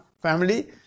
family